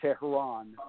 tehran